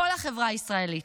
כל החברה הישראלית.